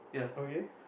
okay